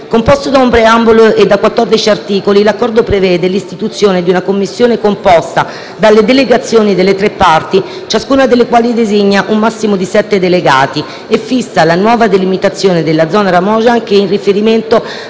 Composto da un preambolo e da quattordici articoli, l'Accordo prevede l'istituzione di una Commissione composta dalle delegazioni delle tre parti, ciascuna delle quali designa un massimo di sette delegati, e fissa la nuova delimitazione della zona RAMOGE, anche territoriale,